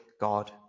God